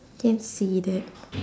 can say that